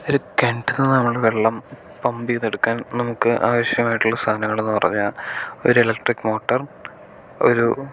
ഒരു കിണറ്റിൽ നിന്ന് നമ്മൾ വെള്ളം പമ്പ് ചെയ്ത് എടുക്കാൻ നമുക്ക് ആവശ്യമായിട്ടുള്ള സാധനങ്ങൾ എന്ന് പറഞ്ഞാൽ ഒരു ഇലക്ട്രിക് മോട്ടർ ഒരു